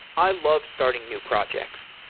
i love starting new projects,